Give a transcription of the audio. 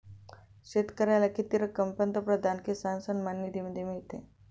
शेतकऱ्याला किती रक्कम पंतप्रधान किसान सन्मान निधीमध्ये मिळते?